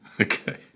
Okay